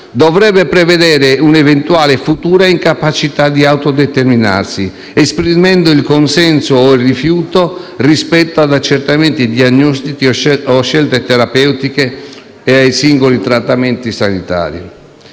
dovrebbe prevedere «un'eventuale futura incapacità di autodeterminarsi», esprimendo il consenso o il rifiuto rispetto ad accertamenti diagnostici o scelte terapeutiche e a singoli trattamenti sanitari.